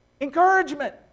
Encouragement